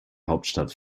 hauptstadt